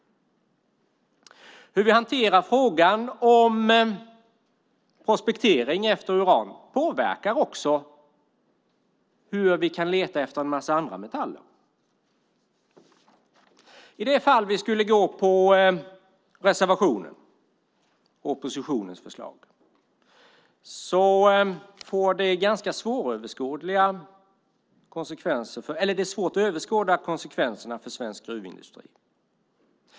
Hur vi hanterar frågan om prospektering efter uran påverkar också hur vi kan leta efter en massa andra metaller. I det fall vi skulle gå på reservationen och oppositionens förslag blir det svårt att överskåda konsekvenserna för svensk gruvindustri.